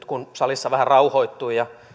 kun salissa vähän rauhoittui ja